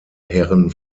herren